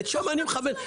לשם אני מכוון.